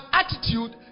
attitude